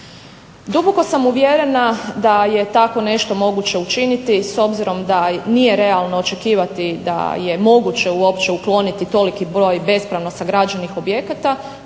Duboko sam uvjerena da je tako nešto moguće učiniti s obzirom da nije realno očekivati da je moguće uopće ukloniti toliki broj bespravno sagrađenih objekata